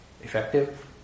effective